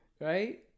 Right